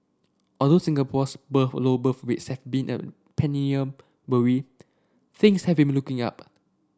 although Singapore's birth low birth rates have been a perennial worry things have been looking up